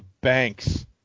banks